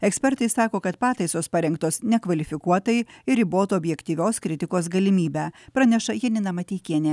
ekspertai sako kad pataisos parengtos nekvalifikuotai ir ribotų objektyvios kritikos galimybę praneša janina mateikienė